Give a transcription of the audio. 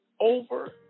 over